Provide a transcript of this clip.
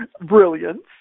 brilliance